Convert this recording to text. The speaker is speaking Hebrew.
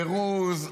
פירוז,